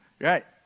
Right